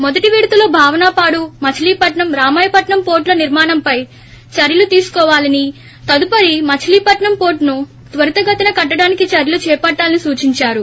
మొదటి విడతలో భావనపాడు మచిలీపట్సం రామాయపట్సం పోర్టుల నిర్మాణంపై చర్యలు తీసుకోవాలని తదుపరి మచిలీపట్నం పోర్లును త్వరితగతిన కట్టడానికి చర్యలు చేపట్లాలని సూచించారు